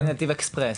צפת זה נתיב אקספרס.